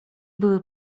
były